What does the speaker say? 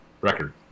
record